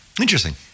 Interesting